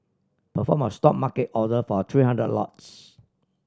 perform a Stop market order for three hundred lots